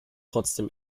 trotzdem